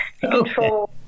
control